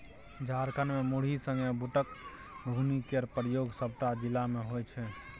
झारखंड मे मुरही संगे बुटक घुघनी केर प्रयोग सबटा जिला मे होइ छै